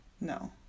No